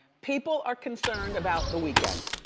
people are concerned about the weekend.